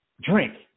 drink